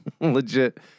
legit